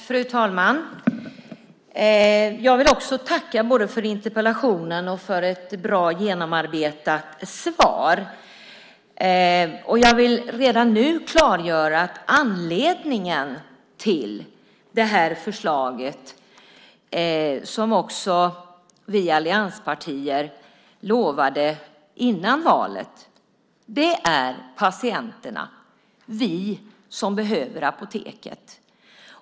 Fru talman! Jag vill också tacka både för interpellationen och för ett bra, genomarbetat svar. Jag vill redan nu klargöra att anledningen till det här förslaget, något som vi allianspartier också lovade före valet, är patienterna, vi som behöver apoteket.